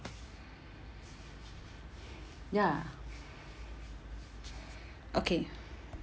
ya okay